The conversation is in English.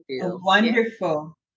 wonderful